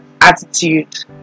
attitude